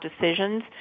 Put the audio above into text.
decisions